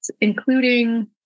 including